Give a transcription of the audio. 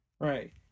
Right